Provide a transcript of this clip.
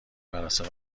مراسم